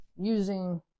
using